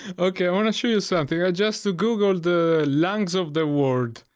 okay, i want to show you something. just to google the lungs of the world.